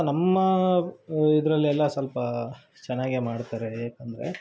ನಮ್ಮ ಇದರಲ್ಲೆಲ್ಲ ಸ್ವಲ್ಪ ಚೆನ್ನಾಗೇ ಮಾಡ್ತಾರೆ ಏಕಂದರೆ